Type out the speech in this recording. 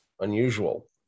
unusual